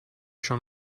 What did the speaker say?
schon